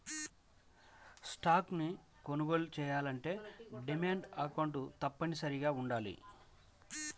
stocks ని కొనుగోలు చెయ్యాలంటే డీమాట్ అకౌంట్ తప్పనిసరిగా వుండాలి